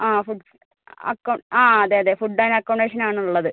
ആ ഫുഡ്സ് ആ അതെയതെ ഫുഡ് ആൻഡ് അക്കൊമൊഡേഷൻ ആണുള്ളത്